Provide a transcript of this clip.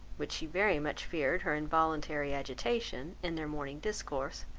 which she very much feared her involuntary agitation, in their morning discourse,